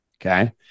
Okay